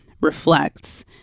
reflects